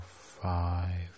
Five